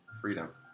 freedom